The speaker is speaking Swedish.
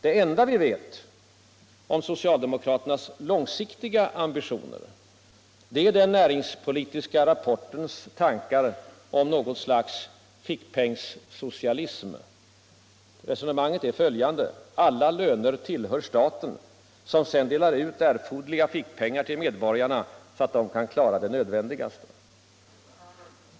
Det enda vi vet om socialdemokraternas långsiktiga ambitioner är den näringspolitiska rapportens tankar om något slags fickpengssocialism. Alla löner tillhör staten som sedan delar ut erforderliga fickpengar till medborgarna så att de kan klara det nödvändigaste.